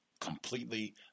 completely